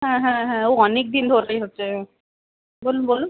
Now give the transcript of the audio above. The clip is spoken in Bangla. হ্যাঁ হ্যাঁ হ্যাঁ ও অনেক দিন ধরেই হচ্ছে বলুন বলুন